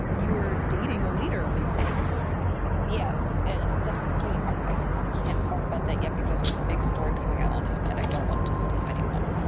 you were dating a leader of the all right yes. and that's something i can't talk about that yet because there's a big story coming out on him. and i don't want to scoop anyone,